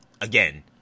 again